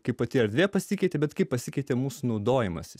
kai pati erdvė pasikeitė bet kai pasikeitė mūsų naudojimasis